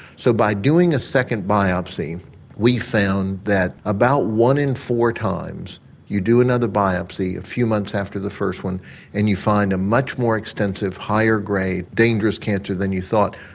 so by doing a second biopsy we found that about one in four times you do another biopsy a few months after the first one and you find a much more extensive, higher grade, dangerous cancer than you thought.